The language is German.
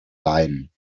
leihen